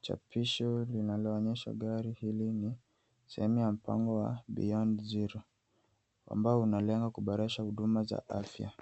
chapisho linaloelezea gari hili, sehemu ya mpango wa Beyond Zero, ambao unalenga kuboresha huduma za afya.